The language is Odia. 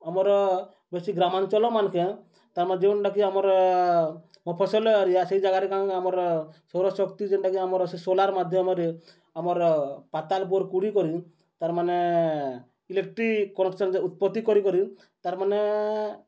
ଆମର ବେଶୀ ଗ୍ରାମାଞ୍ଚଲମାନ୍କେ ତାର୍ମାନେ ଯେଉଁଟାକି ଆମର୍ ମଫସଲ ଏରିଆ ସେଇ ଜାଗାରେ କାଣାକି ଆମର୍ ସୌରଶକ୍ତି ଯେନ୍ଟାକି ଆମର ସେ ସୋଲାର୍ ମାଧ୍ୟମରେ ଆମର୍ ପାତାଲ ବୋର୍ କୁଡ଼ି କରି ତାର୍ମାନେ ଇଲେକ୍ଟ୍ରିକ କନେକ୍ସନ୍ ଉତ୍ପତି କରିକରି ତାର୍ମାନେ